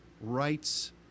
rights